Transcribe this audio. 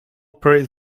prayed